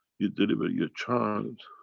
you deliver your child